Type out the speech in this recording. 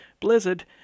Blizzard